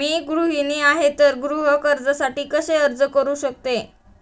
मी गृहिणी आहे तर गृह कर्जासाठी कसे अर्ज करू शकते?